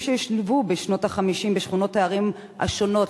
מתיישבים ששולבו בשנות ה-50 בשכונות הערים השונות,